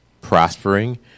prospering